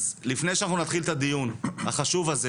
לפני שאנחנו נתחיל את הדיון החשוב הזה,